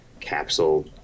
capsule